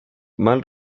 mal